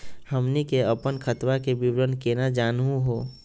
हमनी के अपन खतवा के विवरण केना जानहु हो?